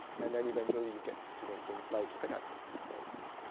and then eventually you get to make things like pickaxes, for instance